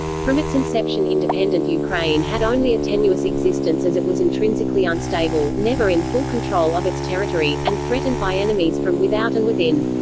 from its inception independent ukraine had only a tenuous existence as it was intrinsically unstable, never in full control of its territory, and threatened by enemies from without and within.